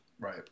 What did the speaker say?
Right